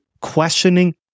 questioning